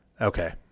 Okay